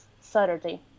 Saturday